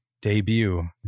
debut